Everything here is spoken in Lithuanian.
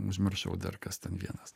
užmiršau dar kas ten vienas